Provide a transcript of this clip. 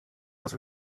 was